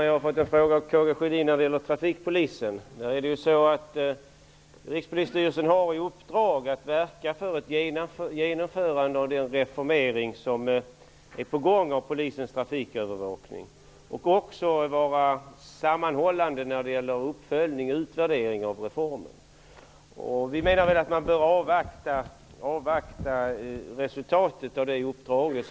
Jag har fått en fråga av K G Sjödin om trafikpolisen. Rikspolisstyrelsen har i uppdrag att verka för ett genomförande av den reformering av polisens trafikövervakning som är på gång och att vara sammanhållande när det gäller uppföljning och utvärdering av reformen. Vi menar att man bör avvakta resultatet av det uppdraget.